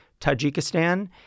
Tajikistan